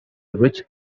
rich